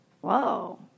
whoa